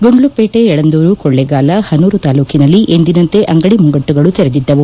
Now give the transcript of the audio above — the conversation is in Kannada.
ಗುಂಡ್ಲುಪೇಟೆ ಯಳಂದೂರು ಕೊಳ್ಳೇಗಾಲ ಪನೂರು ತಾಲ್ಲೂಕಿನಲ್ಲಿ ಎಂದಿನಂತೆ ಅಂಗಡಿ ಮುಂಗಟ್ಟುಗಳು ತೆರೆದಿದ್ದವು